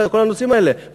כל הנושאים האלה,